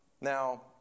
Now